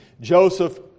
Joseph